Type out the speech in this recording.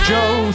Joe